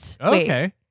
Okay